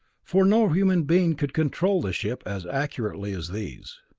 for no human being could control the ship as accurately as these.